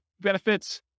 benefits